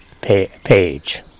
page